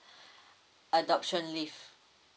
adoption leave